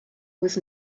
was